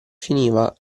finiva